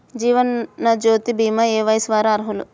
జీవనజ్యోతి భీమా ఏ వయస్సు వారు అర్హులు?